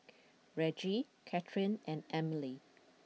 Reggie Kathyrn and Emilie